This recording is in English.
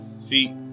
See